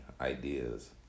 ideas